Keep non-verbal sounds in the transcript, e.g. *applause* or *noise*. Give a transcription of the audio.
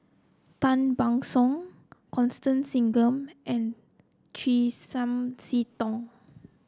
Tan Ban Soon Constance Singam and Chiam *unintelligible* See Tong